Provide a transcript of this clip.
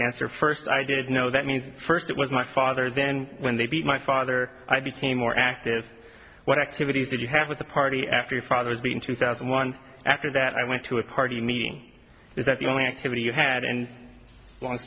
answer first i did know that means first it was my father then when they beat my father i became more active what activities did you have with the party after father's being two thousand and one after that i went to a party me is that the only activity you had and long